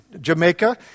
Jamaica